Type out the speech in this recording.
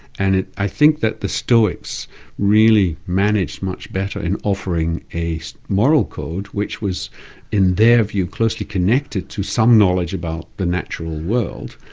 and i think that the stoics really managed much better in offering a so moral code which was in their view closely connected to some knowledge about the natural world,